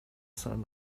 sun